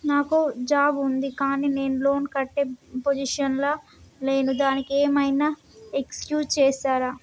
నాకు జాబ్ ఉంది కానీ నేను లోన్ కట్టే పొజిషన్ లా లేను దానికి ఏం ఐనా ఎక్స్క్యూజ్ చేస్తరా?